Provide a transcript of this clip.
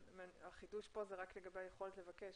החידוש כאן הוא רק לגבי היכולת לבקש.